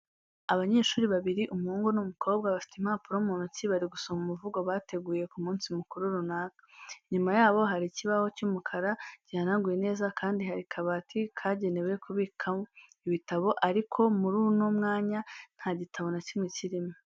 Abanyeshuri babiri umuhungu n'umukobwa bafite impapuro mu ntoki bari gusoma umuvugo bateguye ku munsi mukuru runaka. Inyuma yabo hari ikibaho cy'umukara gihanaguye neza kandi hari kabati kagenewe kubika ibitabo ariko muri uno mwanya nta gitabo na kimwe kirimo.